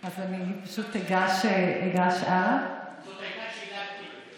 זאת הייתה שאלת קיטבג.